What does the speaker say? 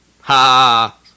Ha